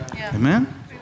Amen